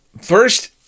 first